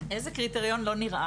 איזה קריטריון לא נראה?